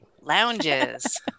lounges